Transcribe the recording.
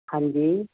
ਹਾਂਜੀ